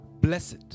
Blessed